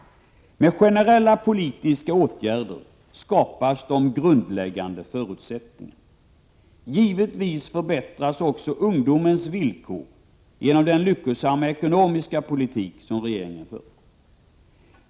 Med generella politiska åtgärder skapas de grundläggande förutsättningarna. Givetvis förbättras också ungdomens villkor genom den lyckosamma ekonomiska politik som regeringen för.